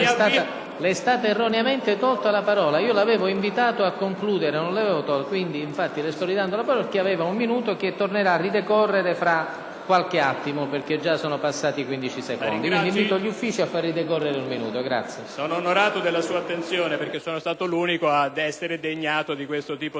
sono onorato della sua attenzione perché sono stato l'unico ad essere degnato di questo invito